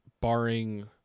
barring